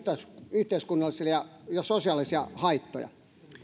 yhteiskunnallisia ja sosiaalisia haittoja